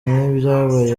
nk’ibyabaye